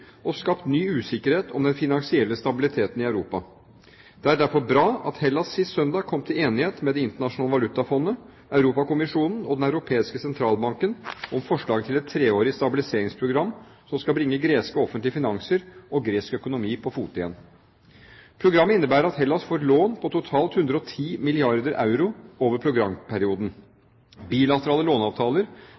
og skapt ny usikkerhet om den finansielle stabiliteten i Europa. Det er derfor bra at Hellas sist søndag kom til enighet med Det internasjonale valutafond, Europakommisjonen og Den europeiske sentralbank om forslag til et treårig stabiliseringsprogram som skal bringe greske offentlige finanser og gresk økonomi på fote igjen. Programmet innebærer at Hellas får lån på totalt 110 milliarder euro over programperioden. Bilaterale